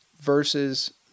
versus